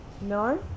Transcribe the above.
No